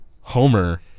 Homer